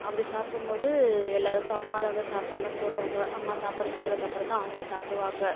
அப்படி சாப்பிடும்போது எல்லாருக்கும் அம்மாதான் வந்து சாப்பாடெலாம் போடுவாங்க அம்மா சாப்பாடு போட்டதுக்கப்புறம் தான் அவங்க சாப்பிடுவாங்க